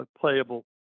playable